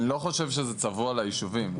אני לא חושב שזה צבוע ליישובים,